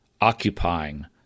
occupying